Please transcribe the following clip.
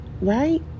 Right